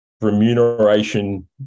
remuneration